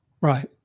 Right